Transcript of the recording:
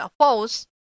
false